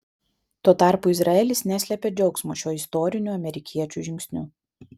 tuo tarpu izraelis neslėpė džiaugsmo šiuo istoriniu amerikiečių žingsniu